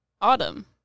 Autumn